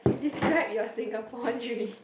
describe your Singapore dream